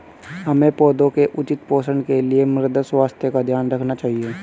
हमें पौधों के उचित पोषण के लिए मृदा स्वास्थ्य का ध्यान रखना चाहिए